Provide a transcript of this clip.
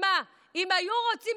אם היו רוצים באמת לייצר,